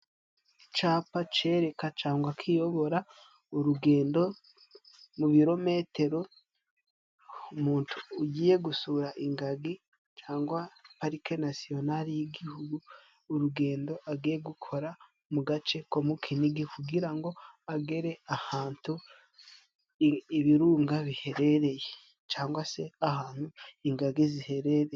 Icapa cereka canga kiyobora urugendo mu birometero umuntu ugiye gusura ingagi cangwa parike nasiyonali y'igihugu, urugendo agiye gukora mu gace ko mu Kinigi kugira ngo agere ahantu ibirunga biherereye. Cangwa se ahantu ingagi ziherereye.